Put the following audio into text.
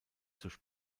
durch